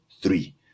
three